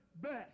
best